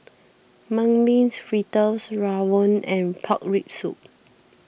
Mung Bean Fritters Rawon and Pork Rib Soup